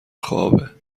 خوابه